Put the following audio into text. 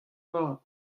vat